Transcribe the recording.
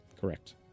Correct